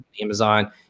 Amazon